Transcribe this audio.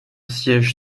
siège